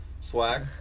Swag